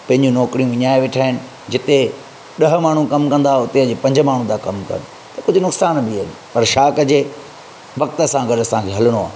पंहिंजूं नौकरियूं विञाए वेठा आहिनि जिते ॾह माण्हू कमु कंदा हुते पंज माण्हू था कमु कनि कुझु नुक़सान बि आहिनि पर छा कजे वक़्त सां गॾु असांखे हलणो आहे